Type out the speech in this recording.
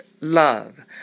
love